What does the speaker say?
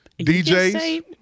DJs